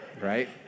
right